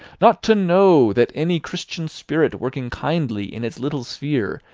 not to know that any christian spirit working kindly in its little sphere,